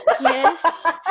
Yes